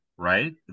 right